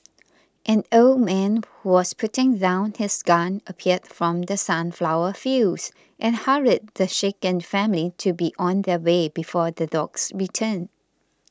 an old man who was putting down his gun appeared from the sunflower fields and hurried the shaken family to be on their way before the dogs return